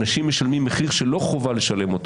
אנשים משלמים מחיר שלא חובה לשלם אותו